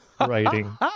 writing